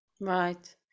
Right